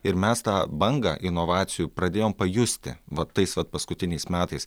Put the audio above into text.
ir mes tą bangą inovacijų pradėjom pajusti vat tais vat paskutiniais metais